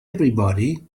everybody